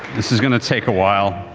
this is going to take a while.